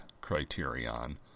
criterion